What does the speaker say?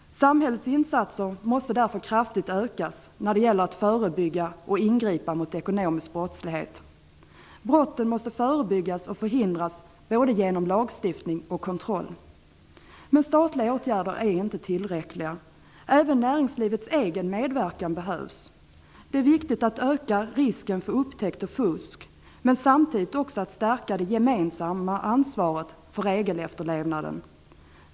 Samhällets insatser måste därför kraftigt ökas när det gäller att förebygga och ingripa mot ekonomisk brottslighet. Brotten måste förebyggas och förhindras både genom lagstiftning och kontroll. Men statliga åtgärder är inte tillräckliga. Även näringslivets egen medverkan behövs. Det är viktigt att öka risken för upptäckt av fusk och samtidigt stärka det gemensamma ansvaret för regelefterlevnaden.